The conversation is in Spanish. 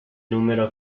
número